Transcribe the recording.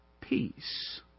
peace